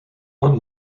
one